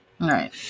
right